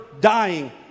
dying